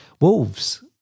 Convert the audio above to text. Wolves